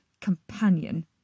companion